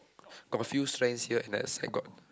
got a few strands here and that side I got